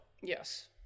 Yes